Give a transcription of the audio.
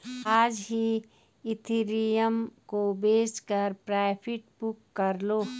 आज ही इथिरियम को बेचकर प्रॉफिट बुक कर लो